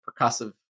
percussive